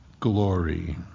Glory